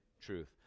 truth